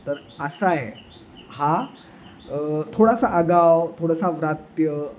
तर असा आहे हा थोडासा आगाऊ थोडासा व्रात्य